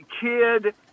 kid